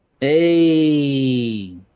Hey